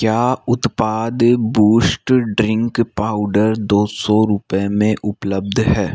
क्या उत्पाद boost drink powder दो सौ रुपये में उपलब्ध है